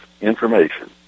information